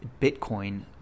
Bitcoin